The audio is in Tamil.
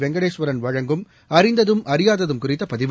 வெங்கடேஸ்வரன் வழங்கும் அறிந்ததும் அறியாததும் குறித்தபதிவு